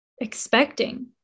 expecting